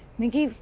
micky,